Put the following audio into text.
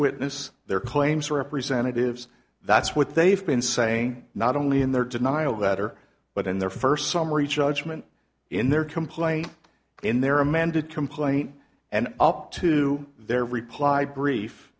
witness their claims representatives that's what they've been saying not only in their denial letter but in their first summary judgment in their complaint in their amended term plain and up to their reply brief